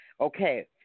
okay